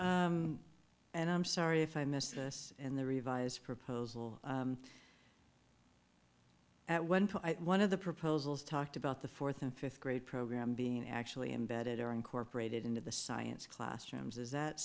just and i'm sorry if i missed this and the revised proposal at one point one of the proposals talked about the fourth and fifth grade program being actually embedded or incorporated into the science classrooms is that